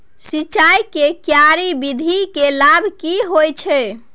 सिंचाई के क्यारी विधी के लाभ की होय छै?